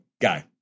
guy